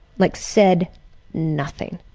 like said nothing.